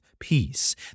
Peace